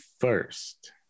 first